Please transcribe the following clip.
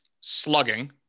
slugging